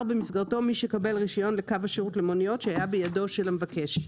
במסגרתו מי שיקבל רישיון לקו השירות למוניות שהיה בידו של המבקש."